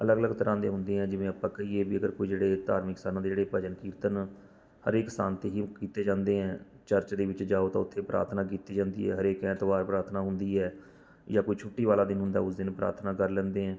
ਅਲੱਗ ਅਲੱਗ ਤਰ੍ਹਾਂ ਦੇ ਹੁੰਦੇ ਹੈ ਜਿਵੇਂ ਆਪਾਂ ਕਹੀਏ ਵੀ ਅਗਰ ਉਹ ਜਿਹੜੇ ਧਾਰਮਿਕ ਸਥਾਨਾਂ ਦੇ ਜਿਹੜੇ ਭਜਨ ਕੀਰਤਨ ਹਰੇਕ ਸਥਾਨ 'ਤੇ ਹੀ ਉਹ ਕੀਤੇ ਜਾਂਦੇ ਹੈ ਚਰਚ ਦੇ ਵਿੱਚ ਜਾਓ ਤਾਂ ਉੱਥੇ ਪ੍ਰਾਰਥਨਾ ਕੀਤੀ ਜਾਂਦੀ ਹੈ ਹਰੇਕ ਐਤਵਾਰ ਪ੍ਰਾਰਥਨਾ ਹੁੰਦੀ ਹੈ ਜਾਂ ਕੋਈ ਛੁੱਟੀ ਵਾਲਾ ਦਿਨ ਹੁੰਦਾ ਉਸ ਦਿਨ ਪ੍ਰਾਰਥਨਾ ਕਰ ਲੈਂਦੇ ਹੈ